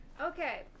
Okay